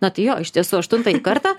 na tai jo iš tiesų aštuntąjį kartą